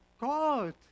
God